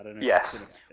Yes